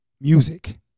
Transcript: music